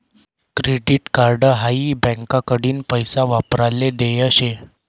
credit card हाई बँकाकडीन पैसा वापराले देल शे